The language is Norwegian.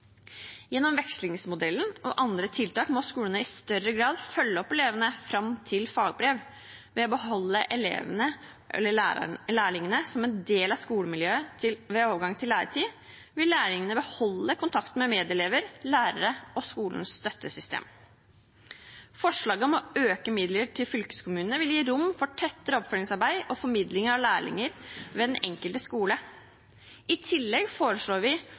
Gjennom vekslingsmodellen og andre tiltak må skolene i større grad følge opp elevene fram til fagbrev. Ved å beholde elevene/lærlingene som en del av skolemiljøet ved overgangen til læretid vil lærlingene beholde kontakten med medelever, lærere og skolens støttesystem. Forslaget om å øke midlene til fylkeskommunene vil gi rom for tettere oppfølgingsarbeid og formidling av lærlinger ved den enkelte skole. I tillegg foreslår vi